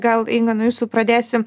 gal inga nuo jūsų pradėsim